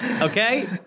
Okay